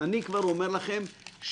אני כבר יודע איפה אני נמצא בתהליך הזה.